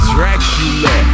Dracula